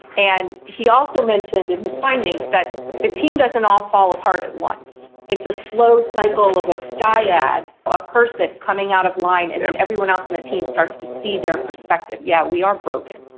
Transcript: and he also mentioned in his findings that the team doesn't all fall apart at once, it's a slow cycle of a dyad or a person coming out of line and then everyone else in the team starts to see their perspective. yeah, we are broken,